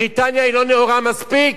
בריטניה היא לא נאורה מספיק?